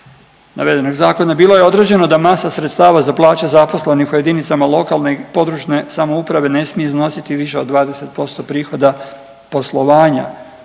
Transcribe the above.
navedenog zakona bilo je određeno da masa sredstava za plaće zaposlenih u jedinicama lokalne i područne samouprave ne smije iznositi više od 20% prihoda poslovanja